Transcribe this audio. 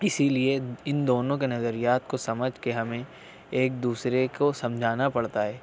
اسی لیے ان دونوں کے نظریات کو سمجھ کے ہمیں ایک دوسرے کو سمجھانا پڑتا ہے